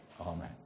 Amen